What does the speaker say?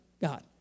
God